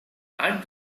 and